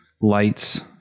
lights